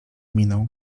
miną